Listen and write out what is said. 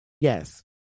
Yes